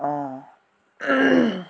অঁ